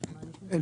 אין